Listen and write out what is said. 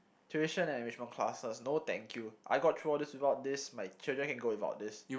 tuition and enrichment classes no thank you I've gone through all these without this my children can go without this